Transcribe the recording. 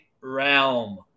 realm